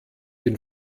den